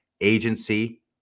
agency